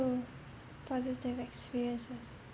positive experiences